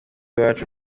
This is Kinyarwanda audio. iwacu